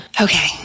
Okay